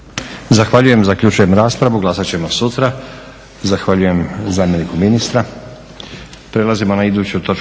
Zahvaljujem. Zaključujem raspravu. Glasat ćemo sutra. Zahvaljujem zamjeniku ministru.